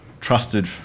trusted